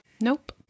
Nope